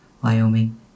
Wyoming